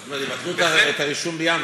אז זאת אומרת, יבטלו את הרישום בינואר?